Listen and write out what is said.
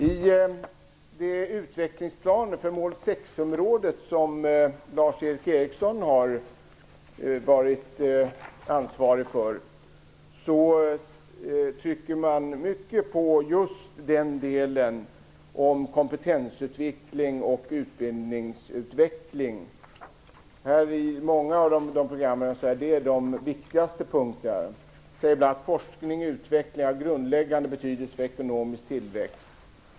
I de utvecklingsplaner för Mål 6-området som Lars-Erik Eriksson har varit ansvarig för betonar man just den delen om kompetensutveckling och utbildningsutveckling. Detta är de viktigaste punkterna i många av programmen liksom även att forskning och utveckling är av grundläggande betydelse för ekonomisk tillväxt.